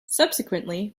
subsequently